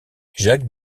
jacques